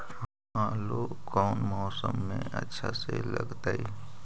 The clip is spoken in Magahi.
आलू कौन मौसम में अच्छा से लगतैई?